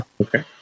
Okay